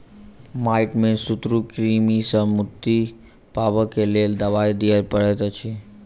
माइट में सूत्रकृमि सॅ मुक्ति पाबअ के लेल दवाई दियअ पड़ैत अछि